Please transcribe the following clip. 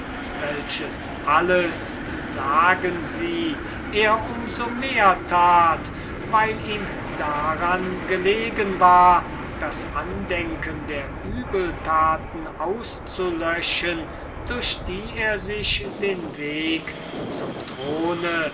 welches alles sagen sie er um so mehr tat weil ihm daran gelegen war das andenken der übeltaten auszulöschen durch die er sich den weg zum throne